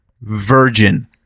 virgin